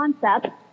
concept